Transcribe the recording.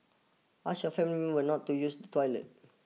ask your family member not to use the toilet